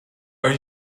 are